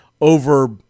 over